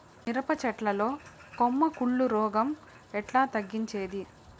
మిరప చెట్ల లో కొమ్మ కుళ్ళు రోగం ఎట్లా తగ్గించేది?